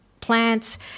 plants